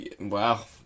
Wow